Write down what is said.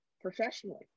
professionally